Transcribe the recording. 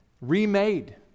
remade